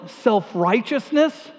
self-righteousness